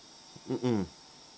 mmhmm